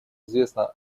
известно